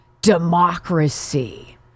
democracy